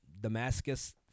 Damascus